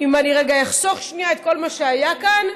אם אני אחסוך את כל מה שהיה כאן,